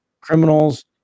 Criminals